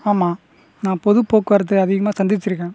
ஆமாம் நான் பொது போக்குவரத்தை அதிகமாக சந்திச்சுருக்கேன்